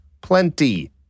Plenty